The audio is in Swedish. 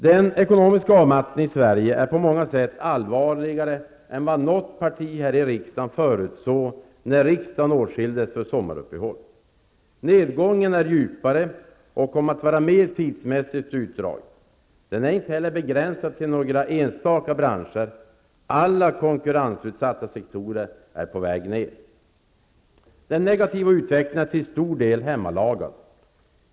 Den ekonomiska avmattningen i Sverige är på många sätt allvarligare än vad något parti här i riksdagen förutsåg då riksdagen åtskildes för sommaruppehåll. Nedgången är djupare och kommer att vara mer tidsmässigt utdragen. Den är inte begränsad till några enstaka branscher. Alla konkurrensutsatta sektorer är på väg ned. Den negativa utvecklingen är till stor del hemmalagad.